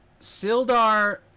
Sildar